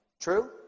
True